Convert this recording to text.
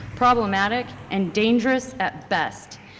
problematic, and dangerous at best.